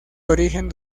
origen